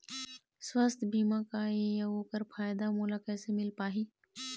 सुवास्थ बीमा का ए अउ ओकर फायदा मोला कैसे मिल पाही?